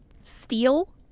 steel